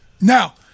Now